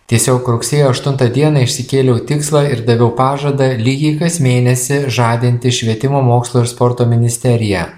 tiesiog rugsėjo aštuntą dieną išsikėliau tikslą ir daviau pažadą lygiai kas mėnesį žadinti švietimo mokslo ir sporto ministeriją